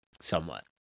Somewhat